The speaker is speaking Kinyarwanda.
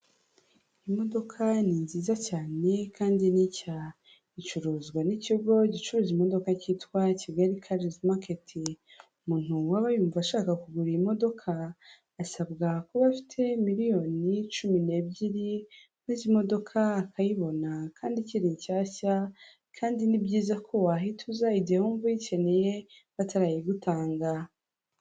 Imodoka ni nziza cyane kandi ni icyaha icuruzwa n'ikigo gicuruza imodoka cyitwa kigali karizi maketi umuntu waba yumva ashaka kugura imodoka asabwa kuba afite miliyoni 12,000,000 maze imodoka akayibona kandi ikiri nshyashya kandi ni byiza ko wahihitaza igihe wumva uyikeneye batarayigutanga.